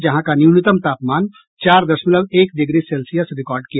यहां का न्यूनतम तापमान चार दशमलव एक डिग्री सेल्सियस रिकॉर्ड किया